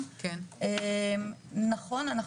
אני רוצה רק משפט אחד להגיד,